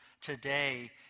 today